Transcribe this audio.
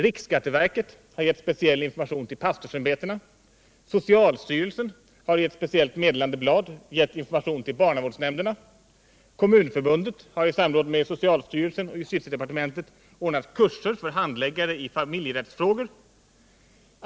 Riksskatteverket har gett speciell information till pastorsämbetena. Socialstyrelsen har i ett speciellt meddelandeblad gett information till barnavårdsnämnderna. Kommunförbundet har i samråd med socialstyrelsen och justitiedepartementet ordnat kurser för handläggare i familjerättsfrågor.